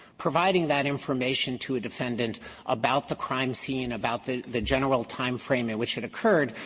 providing that information to a defendant about the crime scene, about the the general timeframe, in which it occurred,